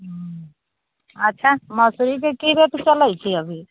अच्छा मौसरीके की रेट चलै छै अभी